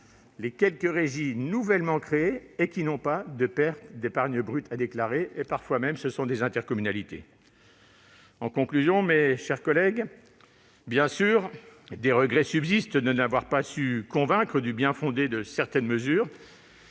les quelques régies nouvellement créées et qui n'ont pas de perte d'épargne brute à déclarer. C'est parfois le cas dans certaines intercommunalités. Bien sûr, mes chers collègues, des regrets subsistent pour n'avoir pas su convaincre du bien-fondé de certaines mesures,